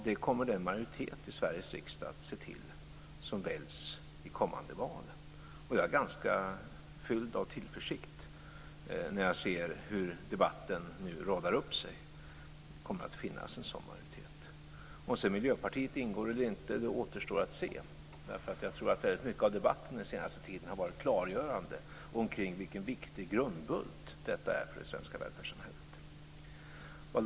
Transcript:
Det kommer den majoritet i Sveriges riksdag som väljs i kommande val att se till. Jag är ganska fylld av tillförsikt när jag ser hur debatterna nu radar upp sig. Det kommer att finnas en sådan majoritet. Om sedan Miljöpartiet ingår eller inte återstår att se, därför att jag tror att väldigt mycket av debatten den senaste tiden har varit klargörande omkring vilken viktig grundbult detta är för det svenska välfärdssamhället.